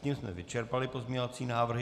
Tím jsme vyčerpali pozměňovací návrhy.